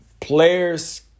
players